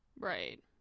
Right